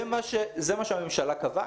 זה מה שהממשלה קבעה.